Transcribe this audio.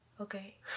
Okay